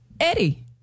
Eddie